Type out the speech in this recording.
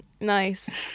Nice